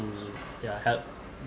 yeah help